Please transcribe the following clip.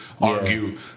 argue